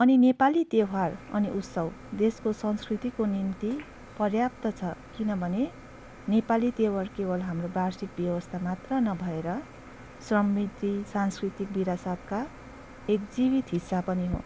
अनि नेपाली त्यैहार अनि उत्सव देशको संस्कृतिको निम्ति पर्याप्त छ किनभने नेपाली त्यैहार केवल हाम्रो वार्षिक व्यवस्था मात्र नभएर समिति सांस्कृतिक विरासतका एक जीवित हिस्सा पनि हो